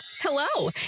hello